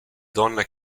donne